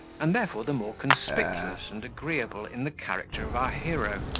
and therefore the more conspicuous and agreeable in the character of our hero,